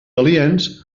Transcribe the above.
aliens